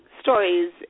stories